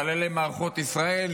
חללי מערכות ישראל,